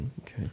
Okay